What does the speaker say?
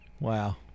Wow